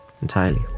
entirely